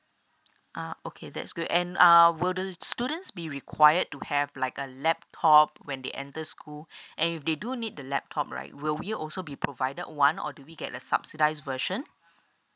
ah okay that's good and err will the students be required to have like a laptop when they enter school and if they do need the laptop right will we also be provided one or do we get the subsidised version